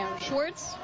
Schwartz